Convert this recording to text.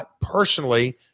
personally